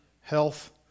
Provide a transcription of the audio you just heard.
health